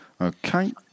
Okay